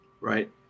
right